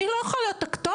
אני לא יכולה להיות הכתובת,